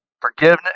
Forgiveness